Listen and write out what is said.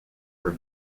were